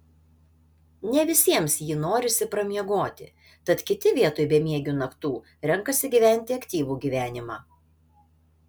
ne visiems jį norisi pramiegoti tad kiti vietoj bemiegių naktų renkasi gyventi aktyvų gyvenimą